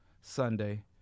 Sunday